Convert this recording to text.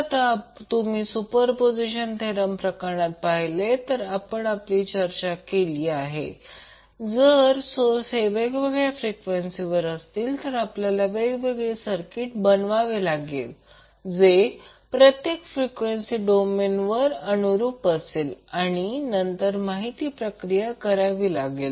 आता जर तुम्ही सुपरपोझिशन थेरम प्रकरण पहिले आपण चर्चा केली आहे जर सोर्स हे वेगवेगळ्या फ्रिक्वेंसीवर असतील तर आपल्याला वेगळे सर्किट बनवावे लागेल जे प्रत्येक फ्रिक्वेंसी डोमेन अनुरूप असेल आणि नंतर माहिती प्रक्रिया करावी लागेल